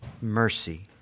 mercy